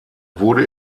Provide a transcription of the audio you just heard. wurde